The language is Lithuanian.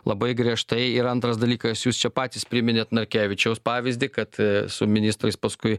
labai griežtai ir antras dalykas jūs čia patys priminėt narkevičiaus pavyzdį kad su ministrais paskui